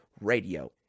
Radio